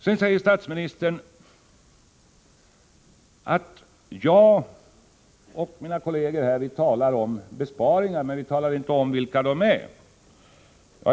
Sedan säger statsministern att jag och mina kolleger talar om besparingar meniinte anger vilka de är.